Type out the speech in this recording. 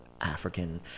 african